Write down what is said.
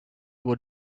were